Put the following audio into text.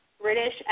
British